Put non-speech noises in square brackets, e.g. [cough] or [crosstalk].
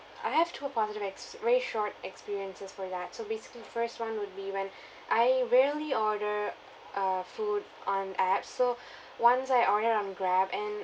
I have two positive ex~ very short experiences for that so basically the first one would be when [breath] I rarely order uh food on apps so [breath] once I ordered on grab and